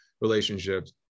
relationships